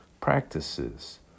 practices